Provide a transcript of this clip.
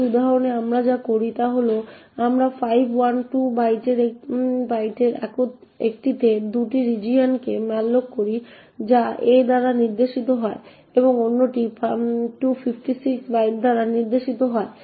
তাই এই উদাহরণে আমরা যা করি তা হল আমরা 512 বাইটের একটিতে 2টি রিজিওন কে malloc করি যা a দ্বারা নির্দেশিত হয় এবং অন্যটি 256 বাইটের দ্বারা নির্দেশিত হয়